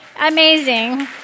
Amazing